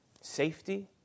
safety